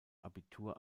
abitur